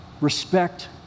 respect